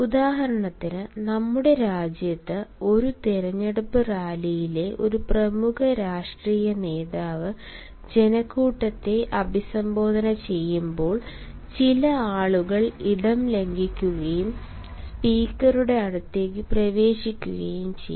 ഉദാഹരണത്തിന് നമ്മുടെ രാജ്യത്ത് ഒരു തെരഞ്ഞെടുപ്പ് റാലിയിലെ ഒരു പ്രമുഖ രാഷ്ട്രീയ നേതാവ് ജനക്കൂട്ടത്തെ അഭിസംബോധന ചെയ്യുമ്പോൾ ചില ആളുകൾ ഇടം ലംഘിക്കുകയും സ്പീക്കറുടെ അടുത്തേക്ക് പ്രവേശിക്കുകയും ചെയ്യും